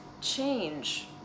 change